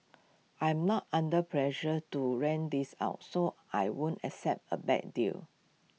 I'm not under pressure to rent this out so I won't accept A bad deal